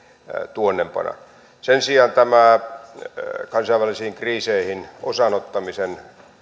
tuonnempana sen sijaan tämä kansainvälisiin kriiseihin osanottamisen